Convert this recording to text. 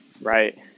right